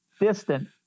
distant